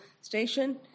Station